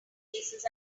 cases